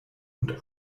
und